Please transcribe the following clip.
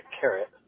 carrot